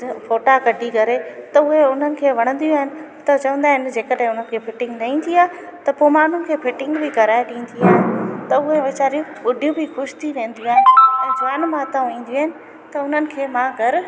तूं फ़ोटा कढी करे त उहे उन्हनि खे वणंदियूं आहिनि त चवंदा आहिनि जे करे उन्हनि खे फिटिंग न ईंदी आहे त पोइ मां उन्हनि खे फिटिंग बि कराए ॾींदी आहियां त उहे वीचारियूं ॿुढियूं बि ख़ुशि थी वेंदियूं आहिनि ऐं जवान माताऊं ईंदियूं आहिनि त उन्हनि खे मां घरु